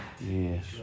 Yes